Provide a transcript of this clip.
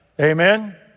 Amen